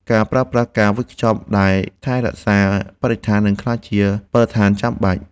ការប្រើប្រាស់ការវេចខ្ចប់ដែលថែរក្សាបរិស្ថាន នឹងក្លាយជាបទដ្ឋានចាំបាច់។